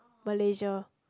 Malaysia